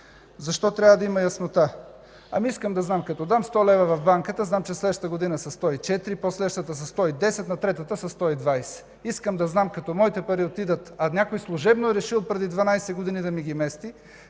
Защо трябва да има яснота? Искам да знам, като дам 100 лв. в банката, че следващата година са 104 лв., по-следващата година са 110, а на третата година са 120 лв. Искам да знам, като моите пари отидат, а някой служебно е решил преди 12 г. да ми ги мести,